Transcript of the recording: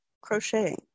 crocheting